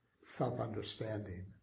self-understanding